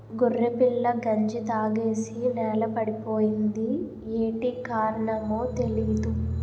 గొర్రెపిల్ల గంజి తాగేసి నేలపడిపోయింది యేటి కారణమో తెలీదు